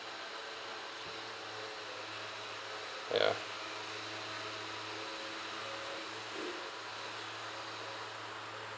ya